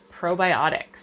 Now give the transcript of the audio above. probiotics